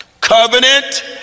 Covenant